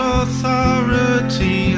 authority